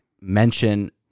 mention